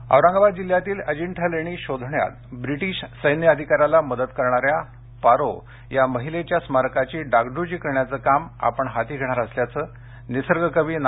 नाधों औरंगाबाद जिल्ह्यातील अजिंठा लेणी शोधण्यात ब्रिटीश सैन्य अधिकाऱ्याला मदत करणाऱ्या पारो या महिलेच्या स्मारकाची डागड़जी करण्याचं काम आपण हाती घेणार असल्याचं निसर्गकवी ना